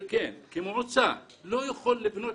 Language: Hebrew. כמועצה לא יכול לבנות.